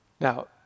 Now